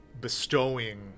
bestowing